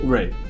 Right